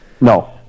No